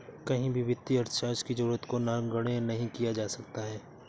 कहीं भी वित्तीय अर्थशास्त्र की जरूरत को नगण्य नहीं किया जा सकता है